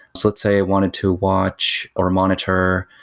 let's say i wanted to watch, or monitor,